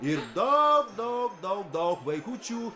ir daug daug daug daug vaikučių